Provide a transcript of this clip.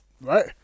right